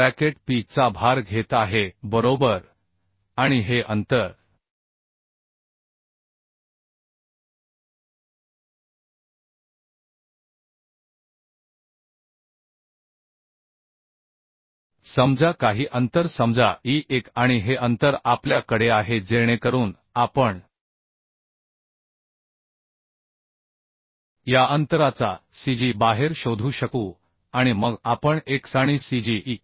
bracket P चा भार घेत आहे बरोबर आणि हे अंतर समजा काही अंतर समजा e1 आणि हे अंतर आपल्या कडे आहे जेणेकरून आपण या अंतराचा cg बाहेर शोधू शकू आणि मग आपण xआणि cg e